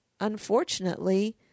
Unfortunately